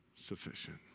Sufficient